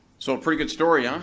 so a pretty good story, huh?